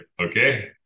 okay